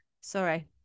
Sorry